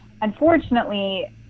unfortunately